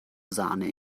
sahne